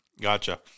Gotcha